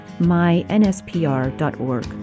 mynspr.org